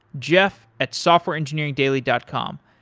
jeff at softwareengineeringdaily dot com.